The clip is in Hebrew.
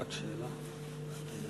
אדוני היושב-ראש,